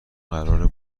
قراره